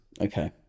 Okay